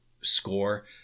score